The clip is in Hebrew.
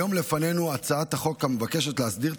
לפנינו כיום הצעת החוק המבקשת להסדיר את